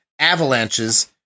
Avalanches